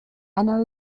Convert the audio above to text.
ano